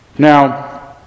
Now